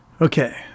Okay